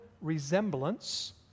resemblance